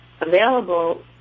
available